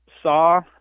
saw